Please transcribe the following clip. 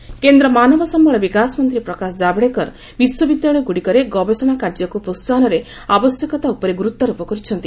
ପାଟନା ଜାଭଡେକର କେନ୍ଦ୍ର ମାନବ ସମ୍ଭଳ ବିକାଶମନ୍ତ୍ରୀ ପ୍ରକାଶ ଜାଭଡେକର ବିଶ୍ୱବିଦ୍ୟାଳୟ ଗୁଡିକରେ ଗବେଷଣା କାର୍ଯ୍ୟକୁ ପ୍ରୋସାହନରେ ଆବଶ୍ୟକତା ଉପରେ ଗୁରୁତ୍ୱାରୋପ କରିଛନ୍ତି